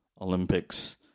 Olympics